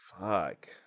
Fuck